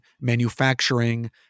manufacturing